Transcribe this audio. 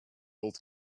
old